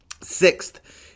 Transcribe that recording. sixth